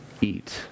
eat